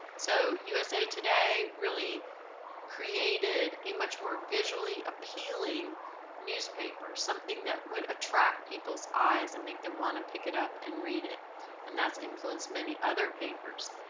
so usa today really created a much more visually appealing newspaper. something that would attract people's eyes and make them want to and pick it up and read it and that's influenced many other papers.